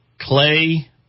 clay